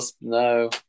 No